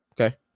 Okay